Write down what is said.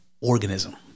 organism